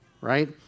right